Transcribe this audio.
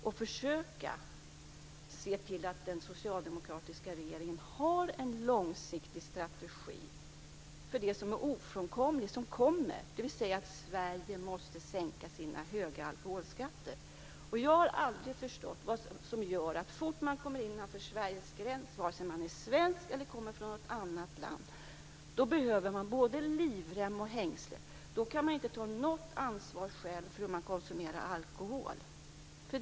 Han borde se till att den socialdemokratiska regeringen har en långsiktig strategi för det som inte är ofrånkomligt, dvs. att Sverige måste sänka sina höga alkoholskatter. Jag har aldrig förstått vad det är som gör att så fort man kommer innanför Sveriges gränser - vare sig man är svensk eller kommer från något annat land - behöver man både livrem och hängslen. Då kan man själv inte ta något ansvar för sin alkoholkonsumtion.